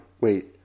Wait